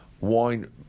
wine